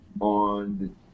on